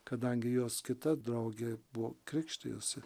kadangi jos kita draugė buvo krikštijosi